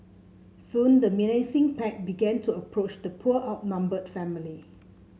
soon the menacing pack began to approach the poor outnumbered family